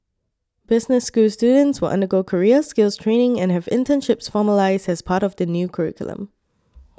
business school students will undergo career skills training and have internships formalised as part of the new curriculum